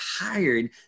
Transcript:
hired